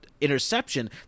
interception